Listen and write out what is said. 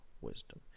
wisdom